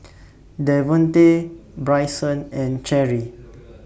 Davonte Brycen and Cheri